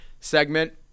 segment